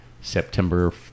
September